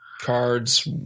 cards